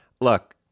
look